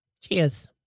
cheers